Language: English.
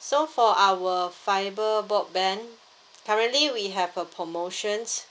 so for our fibre broadband currently we have a promotions